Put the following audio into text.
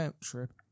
Trip